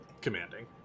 commanding